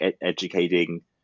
educating